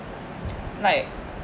like